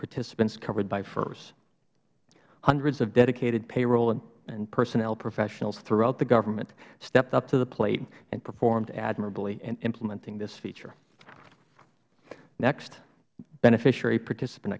participants covered by fers hundreds of dedicated payroll and personnel professionals throughout the government stepped up to the plate and performed admirably in implementing this feature next beneficiary participant